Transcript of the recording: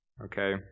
okay